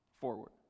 forward